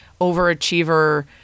overachiever